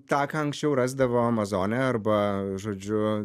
tą ką anksčiau rasdavo amazone arba žodžiu